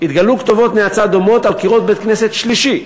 התגלו כתובות נאצה דומות על קירות בית-כנסת שלישי.